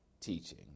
teaching